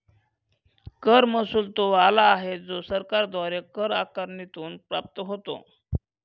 कर महसुल तो आला आहे जो सरकारद्वारे कर आकारणीतून प्राप्त होतो